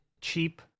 cheap